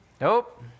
Nope